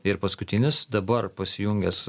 ir paskutinis dabar pasijungęs